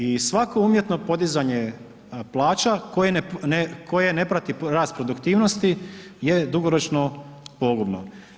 I svako umjetno podizanje plaća koje ne prati rast produktivnosti je dugoročno pogubno.